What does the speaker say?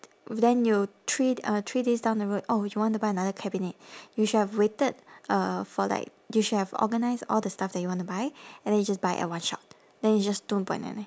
then you three uh three days down the road oh would you want to buy another cabinet you should have waited uh for like you should have organised all the stuff that you want to buy and then you just buy it at one shot then it's just two point nine nine